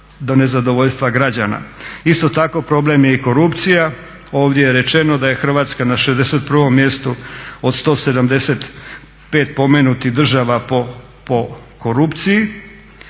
Isto tako, problem je i korupcija. Ovdje je rečeno da je Hrvatska na 61 mjestu od 175 pomenutih država po korupciji